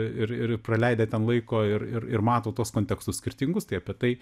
ir ir praleidę ten laiko ir ir ir mato tuos kontekstus skirtingus tai apie tai